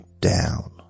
down